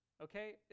okay